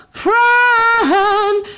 friend